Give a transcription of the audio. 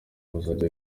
bazajya